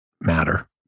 matter